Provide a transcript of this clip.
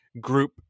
group